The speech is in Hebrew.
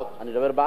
אני מדבר בארץ.